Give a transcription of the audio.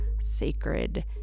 sacred